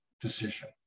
decision